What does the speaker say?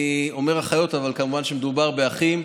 אני אומר "אחיות", אבל כמובן שמדובר גם באחים.